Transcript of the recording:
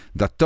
da